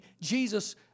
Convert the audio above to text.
Jesus